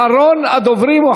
אחרון הדברים.